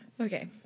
Okay